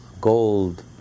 gold